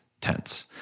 tense